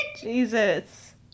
Jesus